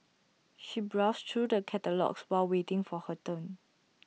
she browsed through the catalogues while waiting for her turn